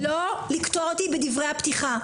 לא לקטוע אותי בדברי הפתיחה.